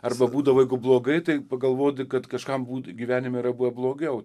arba būdavo blogai tai pagalvoti kad kažkam būti gyvenime yra buvę blogiau